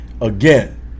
Again